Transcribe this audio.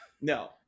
No